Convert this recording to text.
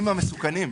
אני מהמסוכנים.